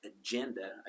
agenda